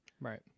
Right